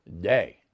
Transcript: day